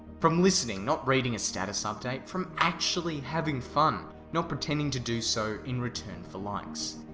from listening, not reading a status update. from actually having fun, not pretending to do so in return for likes.